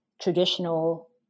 traditional